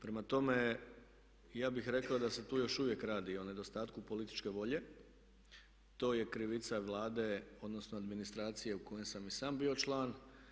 Prema tome ja bih rekao da se tu još uvijek radi o nedostatku političke volje, to je krivica Vlade, odnosno administracije u kojoj sam i sam bio član.